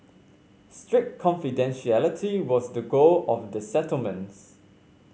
strict confidentiality was the goal of the settlements